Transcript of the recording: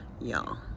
Y'all